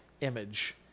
image